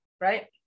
Right